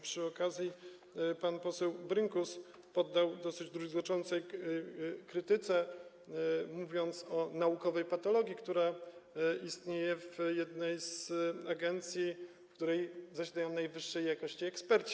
Przy okazji pan poseł Brynkus poddał dosyć druzgocącej krytyce pewną sytuację, mówiąc o naukowej patologii, która istnieje w jednej z agencji, w której zasiadają najwyższej jakości eksperci.